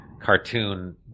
cartoon